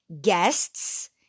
guests